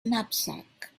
knapsack